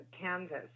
canvas